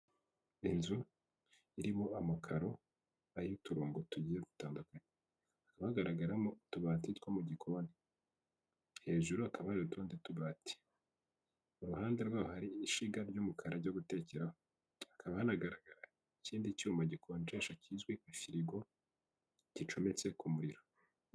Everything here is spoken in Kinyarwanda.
Inzu irimo amakaro, ay'uturongo tugiye gutandukanye, hagaragaramo utubati two mu gikoni, hejuru hakaba hari utundi tubati, iruhande rwaho hari ishyiga ry'umukara ryo gutekeraho, hakaba hanagaragara ikindi cyuma gikonjesha kizwi nka firigo gicometse ku muriro.